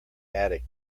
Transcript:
attic